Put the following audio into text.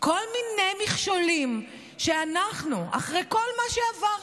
כל מיני מכשולים שאנחנו, אחרי כל מה שעברנו,